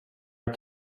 are